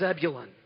Zebulun